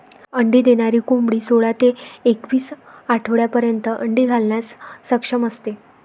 अंडी देणारी कोंबडी सोळा ते एकवीस आठवड्यांपर्यंत अंडी घालण्यास सक्षम असते